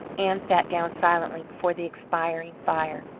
ann sat down silently before the expiring fire.